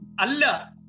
Allah